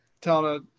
telling